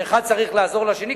שאחד צריך לעזור לשני,